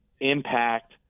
Impact